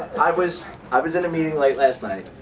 i was, i was in a meeting late last night.